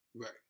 Right